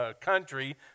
country